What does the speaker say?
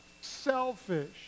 selfish